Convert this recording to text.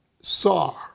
sar